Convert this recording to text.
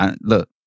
Look